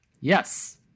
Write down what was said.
Yes